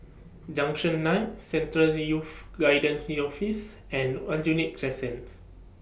Junction nine Central Youth Guidance Office and Aljunied Crescent